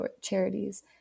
charities